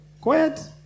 quiet